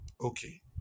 Okay